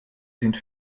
sind